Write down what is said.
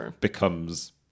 becomes